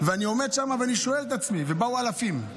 ואני עומד שם ואני שואל את עצמי, ובאו אלפים,